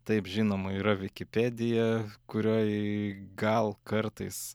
taip žinoma yra vikipedija kurioj gal kartais